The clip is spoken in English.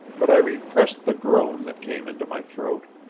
but i repressed the groan that came into my throat.